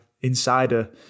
insider